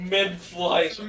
Mid-flight